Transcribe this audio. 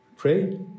Pray